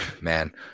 man